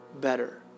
better